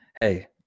hey